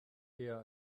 eher